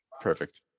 Perfect